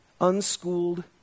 unschooled